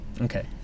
okay